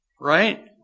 right